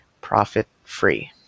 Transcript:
profit-free